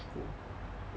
屁股